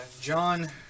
John